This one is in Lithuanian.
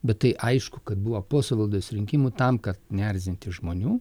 bet tai aišku kad buvo po savivaldos rinkimų tam kad neerzinti žmonių